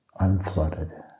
unflooded